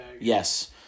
Yes